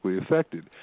affected